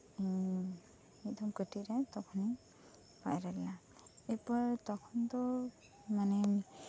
ᱢᱤᱫᱽᱫᱷᱚᱢ ᱠᱟᱹᱴᱤᱡᱨᱮ ᱛᱚᱠᱷᱚᱱᱤᱧ ᱯᱟᱭᱨᱟᱞᱮᱱᱟ ᱮᱯᱚᱨ ᱛᱚᱠᱷᱚᱱ ᱫᱚ ᱢᱟᱱᱮ